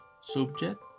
subject